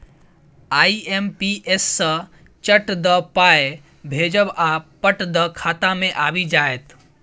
IMPS सँ चट दअ पाय भेजब आ पट दअ खाता मे आबि जाएत